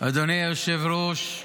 אדוני היושב-ראש,